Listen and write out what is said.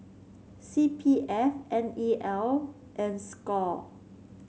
C P F N E L and Score